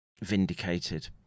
vindicated